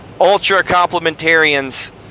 ultra-complementarians